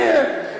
שמעתי אותך.